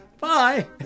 Bye